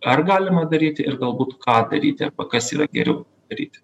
ar galima daryti ir galbūt ką daryti arba kas yra geriau daryti